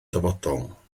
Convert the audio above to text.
dyfodol